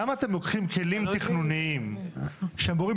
למה אתם לוקחים כלים תכנוניים שאמורים